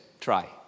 Try